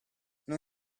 non